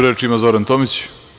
Reč ima Zoran Tomić.